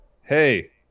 hey